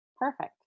Perfect